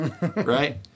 Right